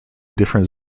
different